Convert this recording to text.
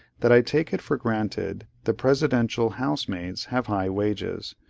that i take it for granted the presidential housemaids have high wages,